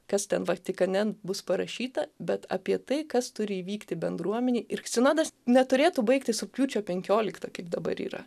kas ten vatikane bus parašyta bet apie tai kas turi įvykti bendruomenėj ir sinodas neturėtų baigtis rugpjūčio penkioliktą kaip dabar yra